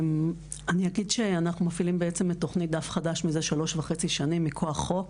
אנחנו מפעילים את תוכנית "דף חדש" מזה 3.5 שנים מכוח חוק,